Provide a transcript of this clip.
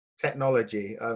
technology